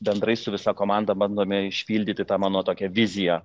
bendrai su visa komanda bandome išpildyti tą mano tokią viziją